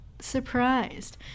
surprised